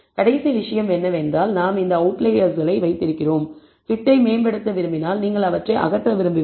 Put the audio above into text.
கடைசி விஷயம் என்னவென்றால் நாம் இந்த அவுட்லயர்ஸ்களை வைத்திருக்கிறோம் பிட் ஐ மேம்படுத்த விரும்பினால் நீங்கள் அவற்றை அகற்ற விரும்புவீர்கள்